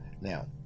now